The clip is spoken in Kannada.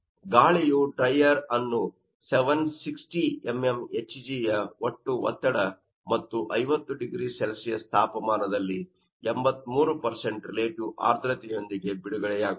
ಗಾಳಿಯು ಡ್ರೈಯರ್ ಅನ್ನು 760 mm Hg ಯ ಒಟ್ಟು ಒತ್ತಡ ಮತ್ತು 50 0C ತಾಪಮಾನದಲ್ಲಿ 83 ರಿಲೇಟಿವ್ ಆರ್ದ್ರತೆಯೊಂದಿಗೆ ಬಿಡುಗಡೆಯಾಗುತ್ತದೆ